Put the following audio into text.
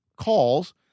calls